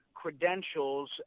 credentials